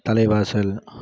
தலைவாசல்